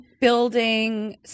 Building